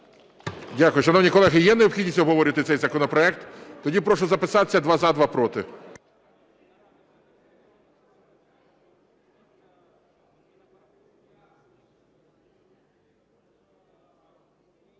Дякую. Шановні колеги, є необхідність обговорити цей законопроект? Тоді прошу записатися: два – за, два – проти.